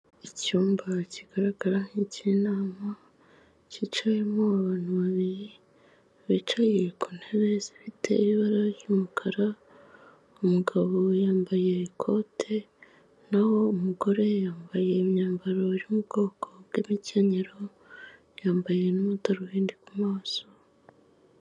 Icyumba kigaragara nk'ik'inama kicayemo abantu babiri bicaye ku ntebe zifite ibara ry'umukara umugabo yambaye ikote, naho umugore yambaye imyambaro yo mu bwoko bw'imikenyero, yambaye n'amadarubindi ku maso.